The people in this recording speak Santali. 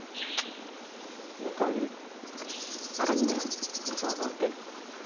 ᱚᱱᱠᱟ ᱜᱮ ᱟᱨᱚᱧ ᱢᱮᱱᱟ ᱚᱱᱟ ᱥᱟᱶ ᱥᱟᱶᱛᱮ